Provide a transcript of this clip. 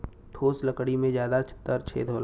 ठोस लकड़ी में जादा छेद होला